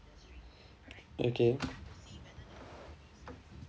okay